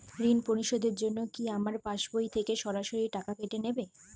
ঋণ পরিশোধের জন্য কি আমার পাশবই থেকে সরাসরি টাকা কেটে নেবে?